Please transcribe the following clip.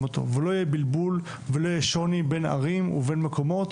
אותו ולא יהיה בלבול ולא יהיה שוני בין ערים ובין מקומות,